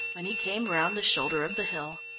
when he came round the shoulder of the hill.